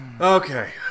Okay